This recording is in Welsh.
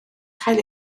cael